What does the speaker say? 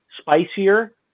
spicier